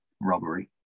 robbery